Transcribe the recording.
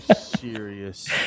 serious